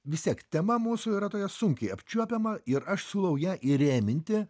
vistiek tema mūsų yra tokia sunkiai apčiuopiama ir aš siūlau ją įrėminti